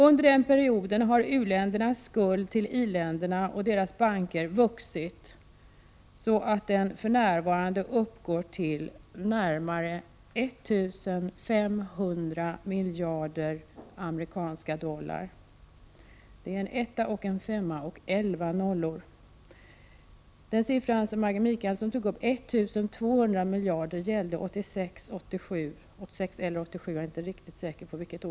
Under den perioden har u-ländernas skuld till i-länderna och deras banker vuxit så att den för närvarande uppgår till närmare 1 500 miljarder amerikanska dollar — 1 500 000 000 000 dollar. Den siffra som Maggi Mikaelsson tog upp, 1 200 miljarder, gäller år 1986 eller 1987 — jag är inte riktigt säker på vilket.